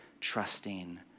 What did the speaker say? trusting